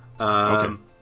Okay